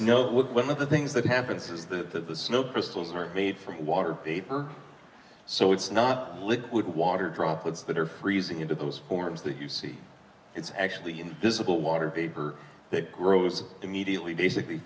know one of the things that happens is that the snow bristols are made from water vapor so it's not liquid water droplets that are freezing into those forms that you see it's actually in visible water vapor that grows immediately basically